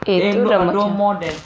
eh tu dah macam